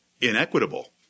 inequitable